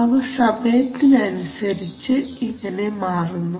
അവ സമയത്തിനനുസരിച്ച് ഇങ്ങനെ മാറുന്നു